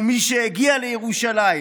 ומי שהגיע לירושלים